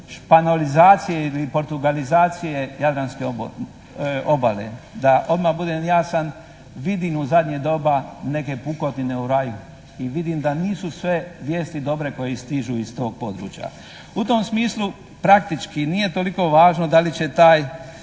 španjolizacije ili portugalizacije jadranske obale. Da odmah budem jasan, vidim u zadnje doba neke pukotine u raju i vidim da nisu sve vijesti dobre koje stižu iz tog područja. U tom smislu praktički nije toliko važno da li će taj